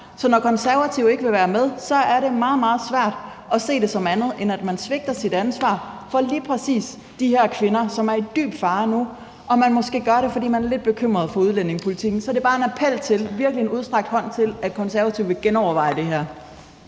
Så når Konservative ikke vil være med, så er det meget, meget svært at se det som andet, end at man svigter sit ansvar over for lige præcis de her kvinder, som nu er i alvorlig fare, og at man måske gør det, fordi man er lidt bekymret for udlændingepolitikken. Så det er bare en appel og virkelig en udstrakt hånd til, at Konservative vil genoverveje det her.